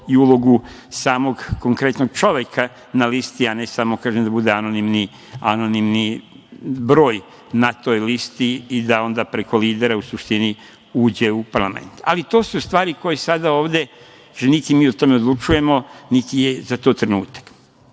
i ulogu samog konkretnog čoveka na listi, a ne samo da bude anonimni broj na toj listi i da onda preko lidera, u suštini, uđe u parlament. Ali, to su stvari koje sada ovde, niti mi o tome odlučujemo, niti je za to trenutak. Druga